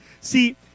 See